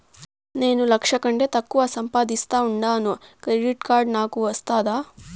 నేను లక్ష కంటే తక్కువ సంపాదిస్తా ఉండాను క్రెడిట్ కార్డు నాకు వస్తాదా